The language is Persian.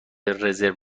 رزرو